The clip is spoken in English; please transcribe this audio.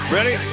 Ready